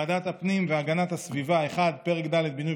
ועדת הפנים והגנת הסביבה: 1. פרק ד' (בינוי